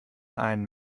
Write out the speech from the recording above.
einen